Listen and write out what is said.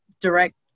direct